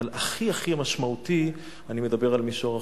אבל הכי-הכי משמעותי אני מדבר על מישור החוף.